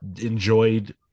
enjoyed